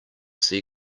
sea